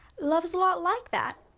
love is a lot like that.